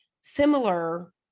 similar